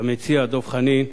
המציע דב חנין.